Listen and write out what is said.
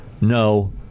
no